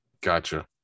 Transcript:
Gotcha